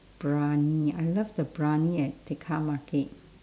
briyani I love the briyani at tekka market